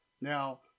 Now